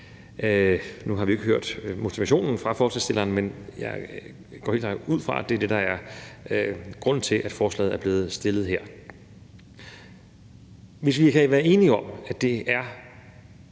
jo endnu ikke hørt motivationen fra forslagsstillerne, men jeg går også helt klart ud fra, at det er det, der er grunden til, at forslaget her er blevet fremsat. Hvis vi kan være enige om, at det er